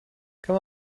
come